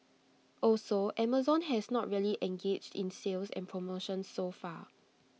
also Amazon has not really engaged in sales and promotions so far